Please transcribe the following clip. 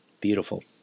beautiful